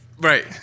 Right